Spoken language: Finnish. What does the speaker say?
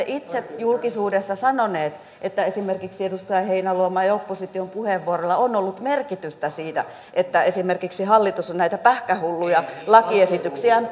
itse julkisuudessa sanonut että esimerkiksi edustaja heinäluoman ja opposition puheenvuoroilla on ollut merkitystä siinä että hallitus esimerkiksi on näitä pähkähulluja lakiesityksiään